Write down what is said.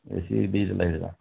ଏ C ଦୁଇଟା ଲାଗିଥିଲା